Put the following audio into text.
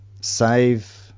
save